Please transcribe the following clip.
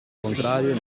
contrario